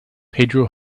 pedro